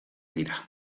dira